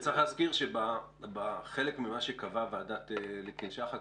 צריך להזכיר שבחלק ממה שקבעה ועדת ליפקין שחק,